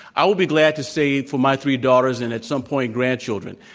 i will be glad to say for my three daughters, and at some point, grandchildren,